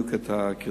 בדיוק את הקריטריונים,